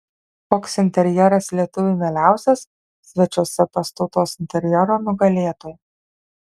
koks interjeras lietuviui mieliausias svečiuose pas tautos interjero nugalėtoją